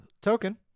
token